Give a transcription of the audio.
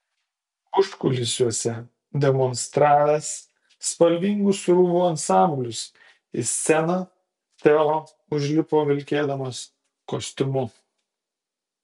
užkulisiuose demonstravęs spalvingus rūbų ansamblius į sceną teo užlipo vilkėdamas kostiumu